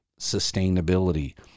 sustainability